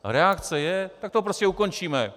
Reakce je tak to prostě ukončíme.